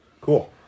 Cool